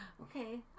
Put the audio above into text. Okay